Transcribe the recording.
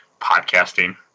podcasting